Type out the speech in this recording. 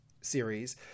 series